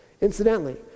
Incidentally